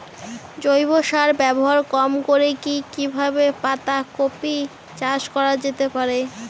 জৈব সার ব্যবহার কম করে কি কিভাবে পাতা কপি চাষ করা যেতে পারে?